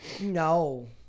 no